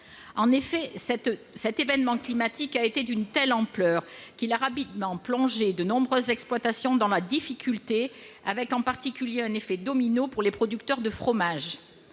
En effet, cet événement climatique a été d'une telle ampleur qu'il a rapidement plongé de nombreuses exploitations dans la difficulté, avec, en particulier, un effet domino pour les producteurs de fromages.